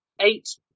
eight